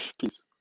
Peace